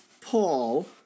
Paul